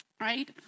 right